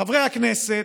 חברי הכנסת,